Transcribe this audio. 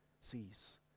sees